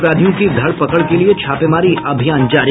अपराधियों की धर पकड़ के लिये छापेमारी अभियान जारी